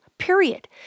period